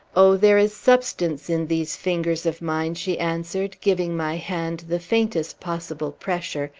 oh, there is substance in these fingers of mine, she answered, giving my hand the faintest possible pressure,